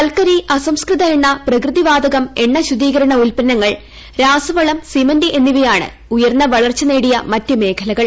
കൽക്കരി അസംസ്കൃത എണ്ണ പ്രകൃതി വാതകം എണ്ണ ശുദ്ധീകരണ ഉല്പന്നങ്ങൾ രാസവളം സിമന്റ് എന്നിവയാണ് ഉയർന്ന വളർച്ച നേടിയ മറ്റ് മേഖലകൾ